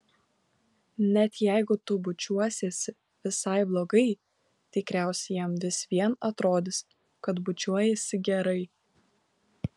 net jeigu tu bučiuosiesi visai blogai tikriausiai jam vis vien atrodys kad bučiuojiesi gerai